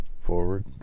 forward